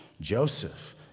Joseph